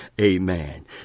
Amen